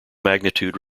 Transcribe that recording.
magnitude